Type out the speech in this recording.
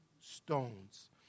stones